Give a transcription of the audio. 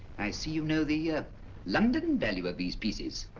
i see you know the london value of these pieces.